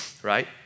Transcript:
right